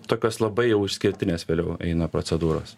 tokios labai jau išskirtinės vėliau eina procedūros